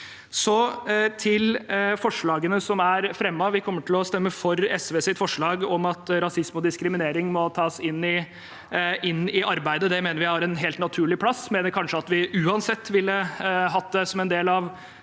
Til forslagene som er fremmet. Vi kommer til å stemme for SVs forslag om at rasisme og diskriminering må tas inn i arbeidet. Det mener vi har en helt naturlig plass. Jeg mener det uansett ville blitt tematisert